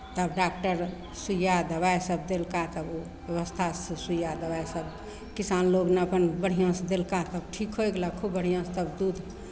तब डाक्टर सुइया दबाइ सभ देलका तब ओ व्यवस्थासँ सुइया दबाइ सभ किसान लोक नहि अपन बढ़िआँसँ देलका तब ठीक होय गेला खूब बढ़िआँसँ तब दूध